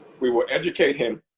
we will educate him.